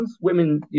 women